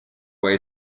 way